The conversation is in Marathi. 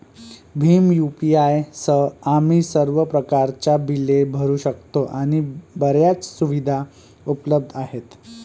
भीम यू.पी.आय सह, आम्ही सर्व प्रकारच्या बिले भरू शकतो आणि बर्याच सुविधा उपलब्ध आहेत